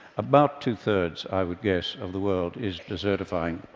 about two thirds, i would guess, of the world is desertifying.